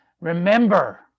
remember